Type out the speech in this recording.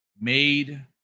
made